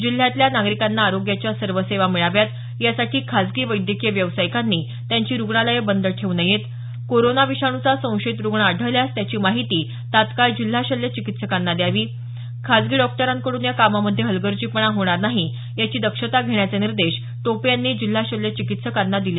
जिल्ह्यातल्या नागरिकांना आरोग्याच्या सर्व सेवा मिळाव्यात यासाठी खासगी वैद्यकीय व्यावसायिकांनी त्यांची रुग्णालयं बंद ठेऊ नयेत कोरोना विषाणूचा संशयित रुग्ण आढळल्यास त्याची माहिती तत्काळ जिल्हा शल्य चिकित्सकांना द्यावी खासगी डॉक्टरांकडून या कामामध्ये हलगर्जीपणा होणार नाही याची दक्षता घेण्याचे निर्देश टोपे यांनी जिल्हा शल्य चिकित्सकांना दिले